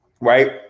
right